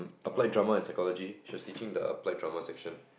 Applied Drama and Psychology she's teaching the Applied-Drama section